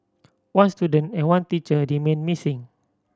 one student and one teacher remain missing